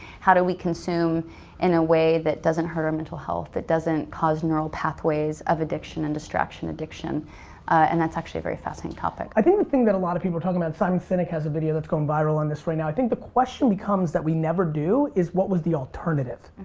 how do we consume in a way that doesn't hurt our mental health? that doesn't cause neural pathways of addiction and distraction addiction and that's actually a very fascinating topic. i think the thing that a lot of people are talking about, simon sinek has a video that's going viral on this right now. i think the question becomes that we never do is what was the alternative?